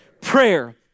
Prayer